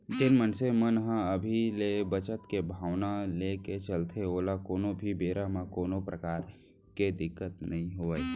जेन मनसे मन ह अभी ले बचत के भावना लेके चलथे ओला कोनो भी बेरा म कोनो परकार के दिक्कत नइ होवय